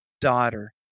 daughter